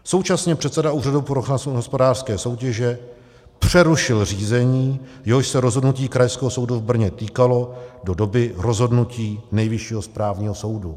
Současně předseda Úřadu pro ochranu hospodářské soutěže přerušil řízení, jehož se rozhodnutí Krajského soudu v Brně týkalo, do doby rozhodnutí Nejvyššího správního soudu.